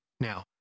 Now